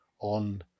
on